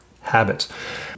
habits